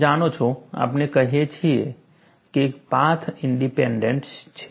તમે જાણો છો આપણે કહીએ છીએ કે તે પાથ ઇન્ડીપેન્ડન્ટ છે